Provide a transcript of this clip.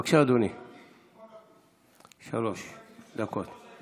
בבקשה, אדוני, שלוש דקות.